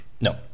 No